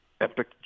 epic